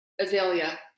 azalea